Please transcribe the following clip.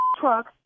truck